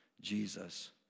Jesus